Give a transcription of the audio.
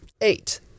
eight